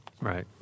Right